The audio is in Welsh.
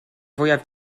fwyaf